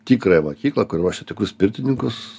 tikrąją mokyklą kur ruošia tokius pirtininkus